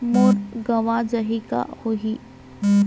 मोर गंवा जाहि का होही?